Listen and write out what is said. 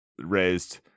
raised